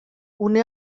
une